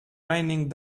raining